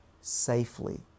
safely